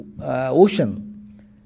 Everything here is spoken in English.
ocean